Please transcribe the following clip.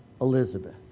Elizabeth